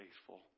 faithful